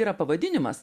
yra pavadinimas